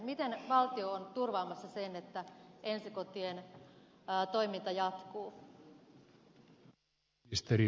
miten valtio on turvaamassa sen että ensikotien toiminta jatkuu